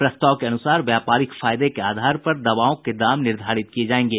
प्रस्ताव के अनुसार व्यापारिक फायदे के आधार पर दवाओं के दाम निर्धारित किये जायेंगे